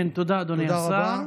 תודה, אדוני השר.